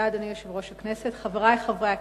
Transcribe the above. אדוני יושב-ראש הכנסת, תודה, חברי חברי הכנסת,